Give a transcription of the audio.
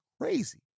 crazy